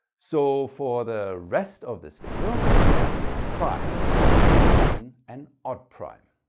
so for the rest of this video when i say prime i really mean an odd prime.